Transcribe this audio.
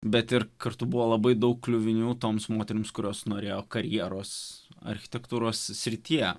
bet ir kartu buvo labai daug kliuvinių toms moterims kurios norėjo karjeros architektūros srityje